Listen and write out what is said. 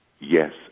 yes